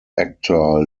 actor